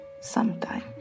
sometime